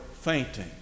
fainting